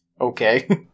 okay